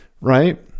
right